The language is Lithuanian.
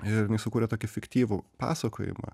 ir jinai sukurė tokį fiktyvų pasakojimą